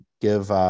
give